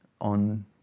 on